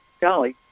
golly